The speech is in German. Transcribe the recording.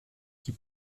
die